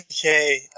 Okay